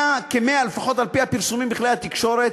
כ-100, לפחות על-פי הפרסומים בכלי התקשורת,